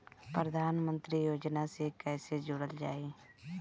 प्रधानमंत्री योजना से कैसे जुड़ल जाइ?